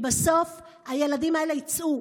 בסוף הילדים האלה יצאו,